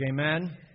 Amen